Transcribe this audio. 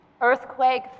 Earthquake